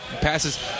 Passes